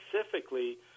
specifically